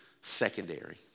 secondary